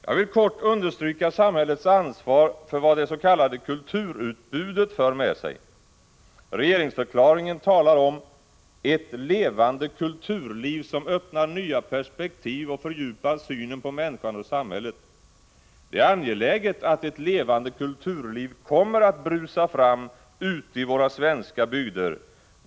Jag vill kort understryka samhällets ansvar för vad det s.k. kulturutbudet för med sig. Regeringsförklaringen talar om ett ”levande kulturliv, som öppnar nya perspektiv och fördjupar synen på människan och samhället”. Det är angeläget att ett levande kulturliv kommer att brusa fram ute i våra svenska bygder.